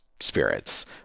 spirits